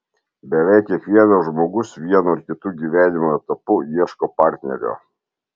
beveik kiekvienas žmogus vienu ar kitu gyvenimo etapu ieško partnerio